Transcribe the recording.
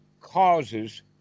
causes